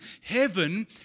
Heaven